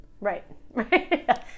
Right